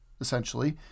essentially